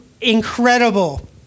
incredible